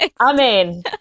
Amen